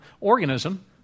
organism